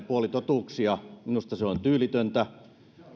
puolitotuuksia minusta se on tyylitöntä